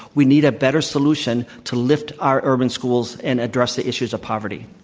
we need a better solution to lift our urban schools and address the issues of poverty.